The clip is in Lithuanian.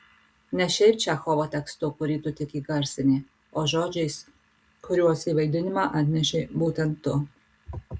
ne šiaip čechovo tekstu kurį tu tik įgarsini o žodžiais kuriuos į vaidinimą atnešei būtent tu